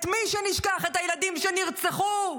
את מי שנשכח, את הילדים שנרצחו,